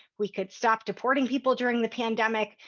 we could stop deporting people during the pandemic,